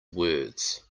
words